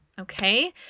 Okay